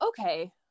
okay